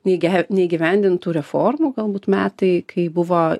neigia neįgyvendintų reformų galbūt metai kai buvo